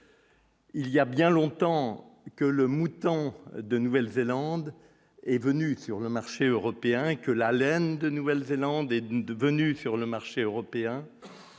il y a bien longtemps que le mouton de Nouvelle-Zélande est venu sur le marché européen que la laine de Nouvelle-Zélande est devenue sur le marché européen